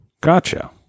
Gotcha